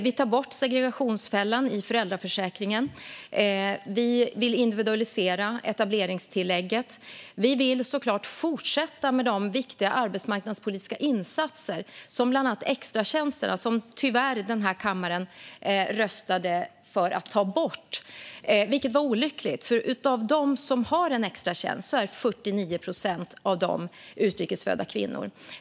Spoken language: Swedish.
Vi tar bort segregationsfällan i föräldraförsäkringen, vi vill individualisera etableringstillägget och vi vill såklart fortsätta med viktiga arbetsmarknadspolitiska insatser, bland annat extratjänsterna som den här kammaren tyvärr röstade för att ta bort. Det var olyckligt. Av dem som har en extratjänst är nämligen 49 procent utrikes födda kvinnor.